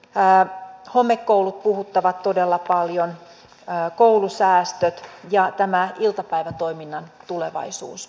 tää suomi koulut puhuttavat todella paljon homekoulut koulusäästöt ja tämä iltapäivätoiminnan tulevaisuus puhuttavat todella paljon